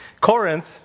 Corinth